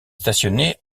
stationné